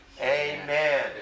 Amen